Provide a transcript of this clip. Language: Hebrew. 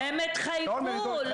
הם התחייבו.